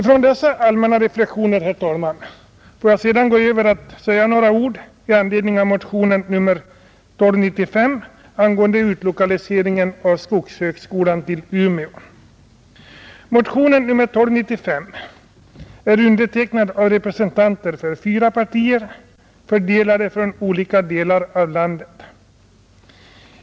Från dessa allmänna reflexioner vill jag sedan gå över till att säga några ord med anledning av motionen 1295 angående utlokalisering av skogshögskolan till Umeå. Motionen är undertecknad av representanter för fyra partier från olika delar av landet.